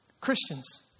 Christians